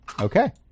Okay